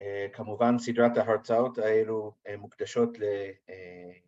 ‫כמובן, סדרת ההרצאות האלו ‫הן מוקדשות ל...